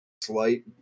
slight